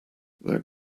that